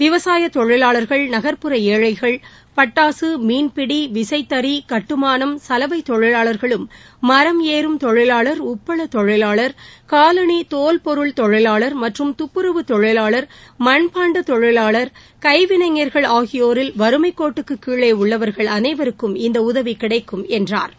விவசாயத் தொழிலாளர்கள் நகர்ப்புற ஏழைகள் பட்டாசு மீன்பிடி விசைத்தறி கட்டுமானம் சலவை தொழிலாளர்களும் மரம் ஏறும் தொழிலாளர் உப்பளத் தொழிலாளர் காலணிதோல்பொருள் தொழிலாளர் மற்றும் தப்புரவு தொழிலாளர் மண்பாண்டதொழிவாளர் கைவினைஞர்கள் ஆகியோரில் வறுமைகோட்டுக்குகீழேஉள்ளவர்கள் அனைவருக்கும் இந்தஉதவி கிடைக்கும் என்றார் அவர்